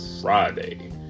Friday